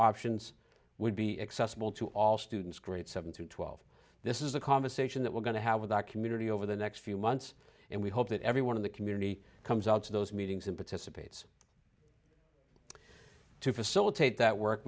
options would be accessible to all students grade seven to twelve this is a conversation that we're going to have with our community over the next few months and we hope that everyone in the community comes out to those meetings and participates to facilitate that work